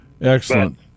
Excellent